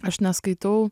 aš neskaitau